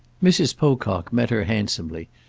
mrs. pocock met her handsomely,